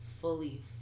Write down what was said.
fully